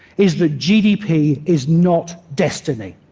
is that gdp is not destiny.